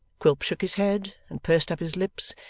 quilp shook his head, and pursed up his lips,